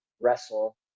wrestle